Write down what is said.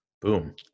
Boom